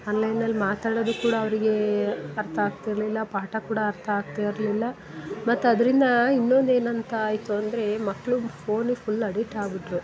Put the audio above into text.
ಆನ್ಲೈನಲ್ಲಿ ಮಾತಾಡೋದು ಕೂಡ ಅವರಿಗೆ ಅರ್ಥ ಆಗ್ತಿರಲಿಲ್ಲ ಪಾಠ ಕೂಡ ಅರ್ಥ ಆಗ್ತಾ ಇರಲಿಲ್ಲ ಮತ್ತು ಅದರಿಂದ ಇನ್ನೊಂದು ಏನಂತ ಆಯಿತು ಅಂದರೆ ಮಕ್ಕಳು ಫೋನಿಗೆ ಫುಲ್ ಅಡಿಕ್ಟಾಗಿ ಬಿ